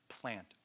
plant